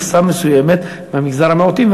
על מכסה מסוימת ממגזר המיעוטים,